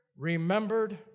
remembered